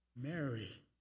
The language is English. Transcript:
Mary